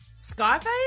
Scarface